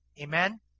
Amen